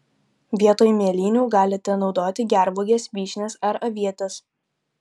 vietoj mėlynių galite naudoti gervuoges vyšnias ar avietes